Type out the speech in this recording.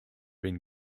been